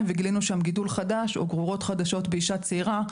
וגילינו שם גידול חדש או גרורות חדשות באישה צעירה.